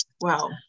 Wow